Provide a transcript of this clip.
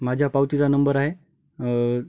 माझ्या पावतीचा नंबर आहे